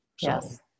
Yes